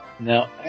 Now